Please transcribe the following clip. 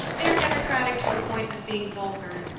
they are democratic to the point of being vulgar,